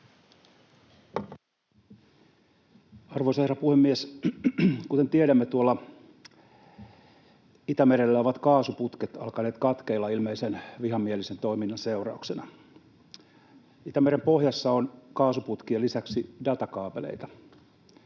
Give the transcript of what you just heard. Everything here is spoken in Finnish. Arvoisa herra puhemies! Kuten tiedämme, tuolla Itämerellä ovat kaasuputket alkaneet katkeilla ilmeisen vihamielisen toiminnan seurauksena. Itämeren pohjassa on kaasuputkien lisäksi datakaapeleita.